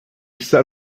set